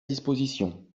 disposition